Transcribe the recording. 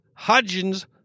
Hodgins